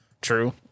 True